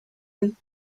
and